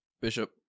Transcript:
Bishop